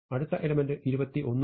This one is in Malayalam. അടുത്ത എലമെന്റ് 21 ആണ്